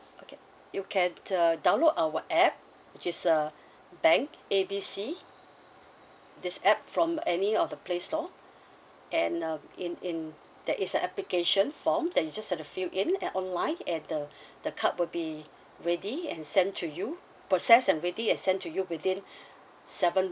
okay you can uh download our app which is uh bank A B C this app from any of the play store and um in in there is a application form that you just have to fill in at online and the the card will be ready and send to you process and ready and send to you within seven